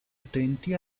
utenti